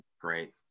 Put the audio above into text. great